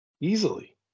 easily